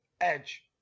Edge